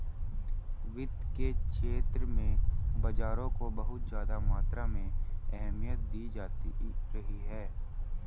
वित्त के क्षेत्र में बाजारों को बहुत ज्यादा मात्रा में अहमियत दी जाती रही है